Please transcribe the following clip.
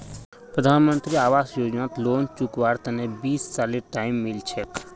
प्रधानमंत्री आवास योजनात लोन चुकव्वार तने बीस सालेर टाइम मिल छेक